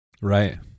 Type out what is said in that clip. right